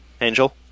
Angel